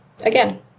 again